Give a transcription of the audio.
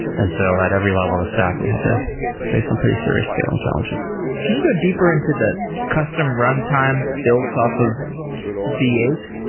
and so at every level of the stack, we had to face some pretty serious scaling challenges can you go deeper into the custom runtime built off of v eight?